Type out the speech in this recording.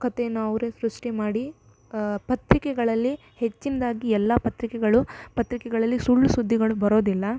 ಕಥೇನ ಅವರೇ ಸೃಷ್ಟಿ ಮಾಡಿ ಪತ್ರಿಕೆಗಳಲ್ಲಿ ಹೆಚ್ಚಿನದಾಗಿ ಎಲ್ಲ ಪತ್ರಿಕೆಗಳು ಪತ್ರಿಕೆಗಳಲ್ಲಿ ಸುಳ್ಳು ಸುದ್ದಿಗಳು ಬರೋದಿಲ್ಲ